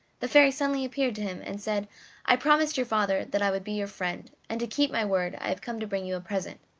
the fairy suddenly appeared to him and said i promised your father that i would be your friend, and to keep my word i have come to bring you a present.